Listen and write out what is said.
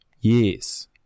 Yes